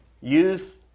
youth